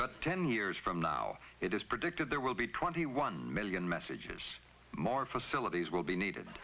but ten years from now it is predicted there will be twenty one million messages more facilities will be needed